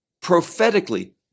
prophetically